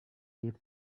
gave